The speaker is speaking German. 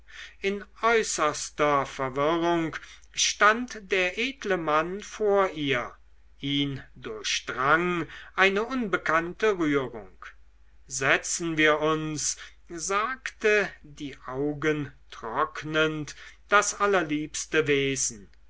in äußerster verwirrung stand der edle mann vor ihr ihn durchdrang eine unbekannte rührung setzen wir uns sagte die augen trocknend das allerliebste wesen